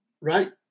Right